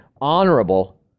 honorable